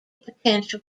potential